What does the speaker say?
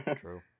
True